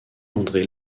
andré